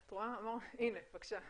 צריך לזכור איפה ישראל נמצאת.